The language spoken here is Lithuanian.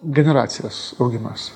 generacijos augimas